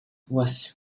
was